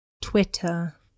Twitter